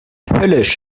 höllisch